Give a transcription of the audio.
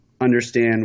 understand